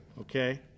Okay